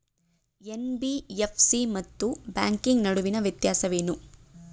NBFC ಮತ್ತು bank ನಡುವಿನ ವ್ಯತ್ಯಾಸವೇನು?